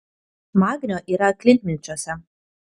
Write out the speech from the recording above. magnio yra klintmilčiuose